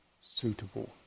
suitable